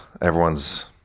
everyone's